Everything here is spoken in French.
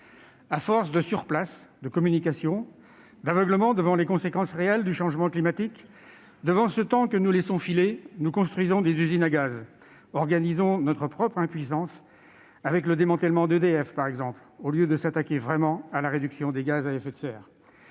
À force de surplace, de communication, d'aveuglement devant les conséquences réelles du changement climatique, devant ce temps que nous laissons filer, nous construisons des usines à gaz et organisons notre propre impuissance, comme avec le démantèlement d'EDF, par exemple, au lieu de nous attaquer vraiment à la réduction des gaz à effet de serre.